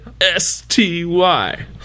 S-T-Y